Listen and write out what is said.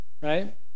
right